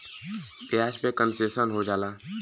ब्याज पे कन्सेसन हो जाला